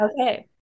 okay